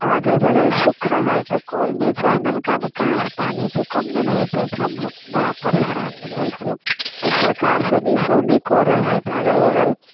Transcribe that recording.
अगल बगल सूखा है तऽ कलमे चाहे नलकामे कहाँसँ पानी अयतै कम्मे ने एतै तऽ हमलोग बड़ा परेशान रहै छियै तऽ सरकार सब ईसब नहि करै है तऽ अगल बगल